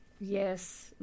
Yes